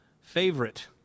Favorite